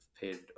paid